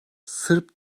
sırp